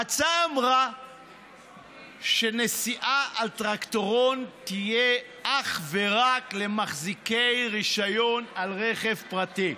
ההצעה אמרה שנסיעה על טרקטורון תהיה אך ורק למחזיקי רישיון על רכב פרטי.